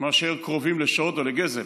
מאשר קרובים לשוד או לגזל,